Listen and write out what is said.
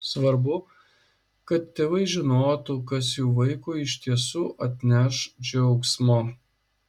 svarbu kad tėvai žinotų kas jų vaikui iš tiesų atneš džiaugsmo